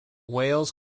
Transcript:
wales